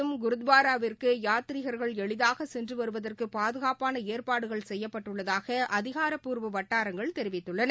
இந்தகுருத்வாராவிற்குயாத்திரிகள்கள் ஆண்டுமுவதும் எளிதாகசென்றுவருவதற்குபாதுகாப்பானஏற்பாடுகள் செய்யப்பட்டள்ளதாகஅதிகாரப்பூர்வவட்டாரங்கள் தெரிவித்துள்ளன